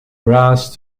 bras